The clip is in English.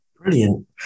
brilliant